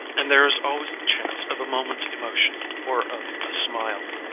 and there is always the chance of a moment's emotion or of a smile.